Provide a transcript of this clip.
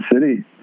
city